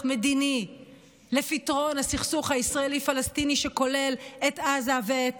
מדיני לפתרון הסכסוך הישראלי פלסטיני שכולל את עזה ואת